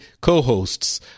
co-hosts